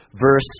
verse